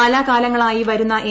കാലാകാലങ്ങളായി വരുന്ന എ